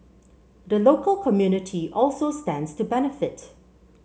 the local community also stands to benefit